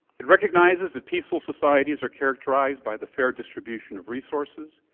it recognizes that peaceful societies are characterized by the fair distribution of resources,